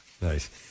Nice